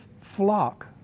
flock